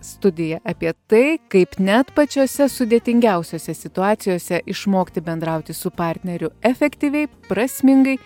studija apie tai kaip net pačiose sudėtingiausiose situacijose išmokti bendrauti su partneriu efektyviai prasmingai